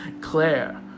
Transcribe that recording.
Claire